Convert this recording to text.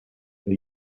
they